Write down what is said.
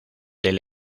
del